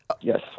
Yes